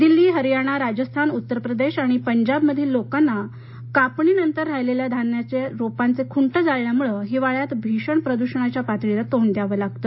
दिल्ली हरियाणा राजस्थान उत्तर प्रदेश आणि पंजाबमधील लोकांना कापणीनंतर राहिलेले धान्याच्या रोपांचे खुंट जाळल्यामुळे हिवाळ्यात भीषण प्रदूषणाच्या पातळीला तोंड द्यावं लागत